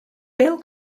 bill